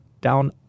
down